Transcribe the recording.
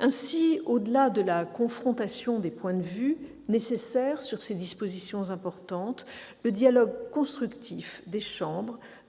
Ainsi, au-delà de la confrontation des points de vue, nécessaire sur ces dispositions importantes, le dialogue constructif des chambres,